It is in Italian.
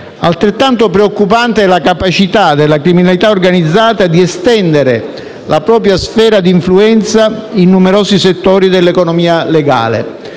Altrettanto preoccupante è la capacità della criminalità organizzata di estendere la propria sfera di influenza a numerosi settori dell'economia legale